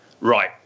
right